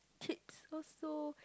kids also